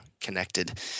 connected